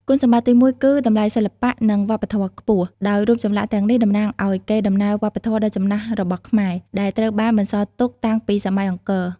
គុណសម្បត្តិទីមួយ គឺ តម្លៃសិល្បៈ និងវប្បធម៌ខ្ពស់ ដោយរូបចម្លាក់ទាំងនេះតំណាងឱ្យកេរដំណែលវប្បធម៌ដ៏ចំណាស់របស់ខ្មែរ ដែលត្រូវបានបន្សល់ទុកតាំងពីសម័យអង្គរ។